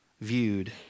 viewed